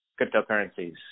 cryptocurrencies